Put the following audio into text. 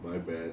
my bad